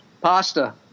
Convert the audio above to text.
Pasta